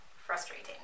frustrating